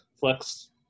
flex